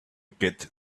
get